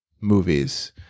movies